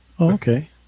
okay